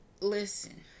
listen